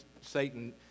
Satan